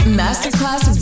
masterclass